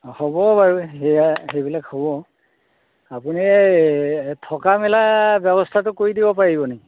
হ'ব বাৰু সেয়া সেইবিলাক হ'ব আপুনি এই থকা মেলা ব্যৱস্থাটো কৰি দিব পাৰিব নেকি